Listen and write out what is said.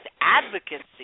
advocacy